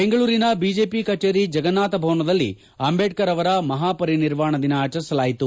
ಬೆಂಗಳೂರಿನ ಬಿಜೆಪಿ ಕಚೇರಿ ಜಗನ್ನಾಥ ಭವನದಲ್ಲಿ ಅಂಬೇಡ್ಕರ್ ಅವರ ಮಹಾ ಪರಿನಿರ್ವಾಣ ದಿನ ಆಚರಿಸಲಾಯಿತು